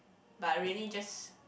but really just